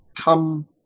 come